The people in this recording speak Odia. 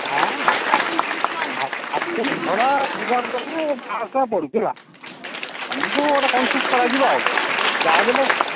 ହଁ ଆକ୍ଚୁଆଲି ଭଡ଼ାଯିବ ଯଦି ପାଂଶହ ଟଙ୍କା ପଡ଼ୁଛି ହେଲା ତୁମକୁ ଗୋଟେ କନସେସ୍ କରାଯିବ ଆଉ ଯାହା ବି ହେଲେ